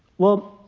well,